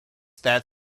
that